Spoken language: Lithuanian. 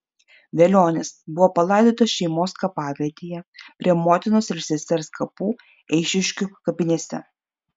velionis bus palaidotas šeimos kapavietėje prie motinos ir sesers kapų eišiškių kapinėse